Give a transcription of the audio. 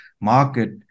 market